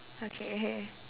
okay